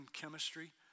chemistry